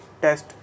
test